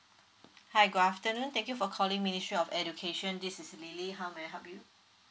hi good afternoon thank you for calling ministry of education this is lily how may I help you